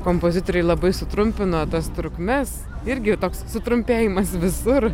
kompozitoriai labai sutrumpino tas trukmes irgi toks sutrumpėjimas visur